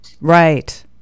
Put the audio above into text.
Right